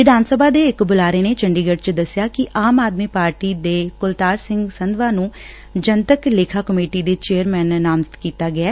ਵਿਧਾਨ ਸਭਾ ਦੇ ਇਕ ਬਲਾਰੇ ਨੇ ਚੰਡੀਗੜ ਚ ਦਸਿਆ ਕਿ ਆਮ ਆਦਮੀ ਪਾਰਟੀ ਦੇ ਕਲਤਾਰ ਸਿਘ ਸੰਧਵਾ ਨੰ ਜਨਤਕ ਲੇਖਾ ਕਮੇਟੀ ਦੇ ਚੇਅਰਮੈਨ ਨਾਮਜ਼ਦ ਕੀਤਾ ਗਿਐ